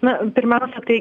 na pirmiausia tai